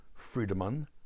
Friedemann